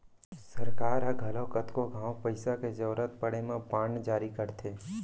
सरकार ह घलौ कतको घांव पइसा के जरूरत परे म बांड जारी करथे